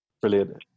Brilliant